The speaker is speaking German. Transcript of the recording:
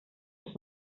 ist